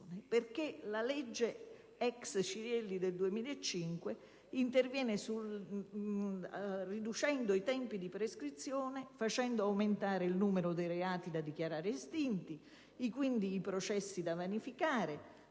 cosiddetta legge *ex* Cirielli del 2005 interviene riducendo i tempi di prescrizione, facendo aumentare il numero di reati da dichiarare estinti e, quindi, i processi da vanificare,